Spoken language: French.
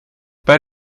pas